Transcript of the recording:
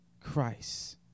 Christ